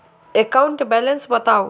account balance बताउ